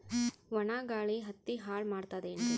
ಒಣಾ ಗಾಳಿ ಹತ್ತಿ ಹಾಳ ಮಾಡತದೇನ್ರಿ?